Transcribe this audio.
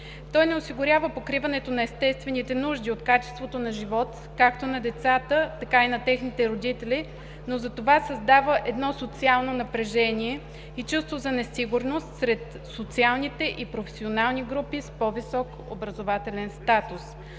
Той не осигурява покриването на естествените нужди от качеството на живот, както на децата, така и на техните родители, но затова създава едно социално напрежение и чувство за несигурност сред социалните и професионални групи с по-висок образователен статус.